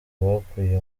bakuye